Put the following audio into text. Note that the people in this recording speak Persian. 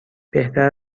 بهتر